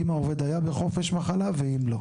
אם העובד היה בחופש מחלה ואם לא.